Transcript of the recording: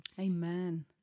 Amen